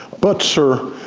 but sir,